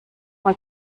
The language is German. man